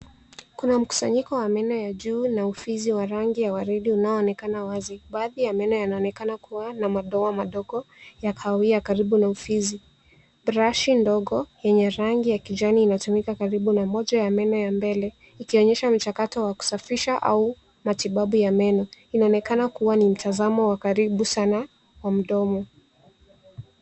Kuna mkusanyiko wa meno ya juu na ufizi wa rangi ya waridi unaoonekana wazi. Baadhi ya meno yanaonekana kuwa na madoa madogo ya kahawia karibu na ufizi. Brashi ndogo yenye rangi ya kijani inatumika karibu na moja ya meno ya mbele ikionyesha mchakato wa kusafisha au matibabu ya meno. Inaonekana kuwa ni mtazamo wa karibu sana wa mdomo.